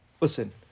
Listen